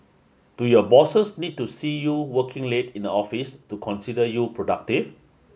do your bosses need to see you working late in the office to consider you productive